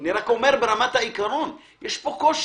אני אומר רק ברמת העיקרון, יש פה בקושי.